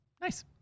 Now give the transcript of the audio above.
Nice